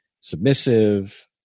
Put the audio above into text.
submissive